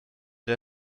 der